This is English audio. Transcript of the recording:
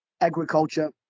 agriculture